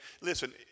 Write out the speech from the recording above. listen